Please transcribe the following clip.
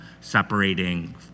separating